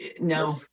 No